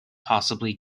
possibly